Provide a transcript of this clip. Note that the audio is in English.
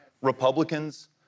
Republicans